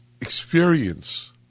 experience